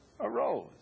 arose